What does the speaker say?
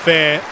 Fair